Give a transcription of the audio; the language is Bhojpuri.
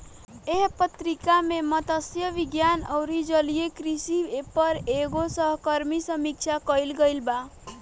एह पत्रिका में मतस्य विज्ञान अउरी जलीय कृषि पर एगो सहकर्मी समीक्षा कईल गईल बा